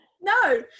no